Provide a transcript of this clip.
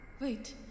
Wait